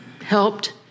helped